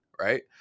right